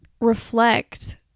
reflect